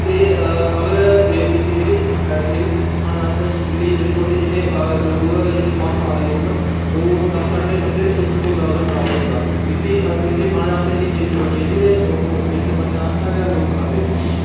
ते अगर एह्दे इसी खाने आस्तै इ'न्नी जिंद होंदी लोक जेह्ड़े मासाहारी लोक न ओह् दस्स अंडे खंदे ते इक्क ढोडे दे बराबर होंदा इ'न्नी एह्दे खाने आस्तै इ'न्नी जिंद बनी जंदी ते ओह् ते ओह् जिंद बनने आस्तै गै लोक खंदे